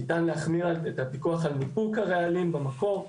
ניתן להחמיר את הפיקוח על ניפוק הרעלים במקור.